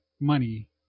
money